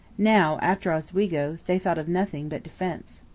now, after oswego, they thought of nothing but defence.